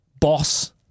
boss